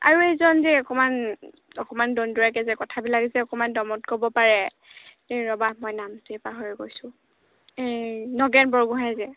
আৰু এইজন যে অকণমান অকণমান দন্দুৰাকৈ যে কথাবিলাকে যে অকণমান দমত ক'ব পাৰে এই ৰ'বা মই নামটোৱে পাহৰি গৈছোঁ এই নগেন বৰগোহাঁই যে